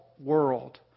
world